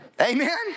Amen